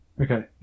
Okay